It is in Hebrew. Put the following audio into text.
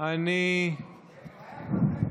אני רוצה לענות.